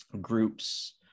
groups